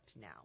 now